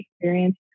experience